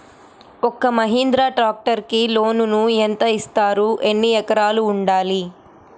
ఒక్క మహీంద్రా ట్రాక్టర్కి లోనును యెంత ఇస్తారు? ఎన్ని ఎకరాలు ఉండాలి?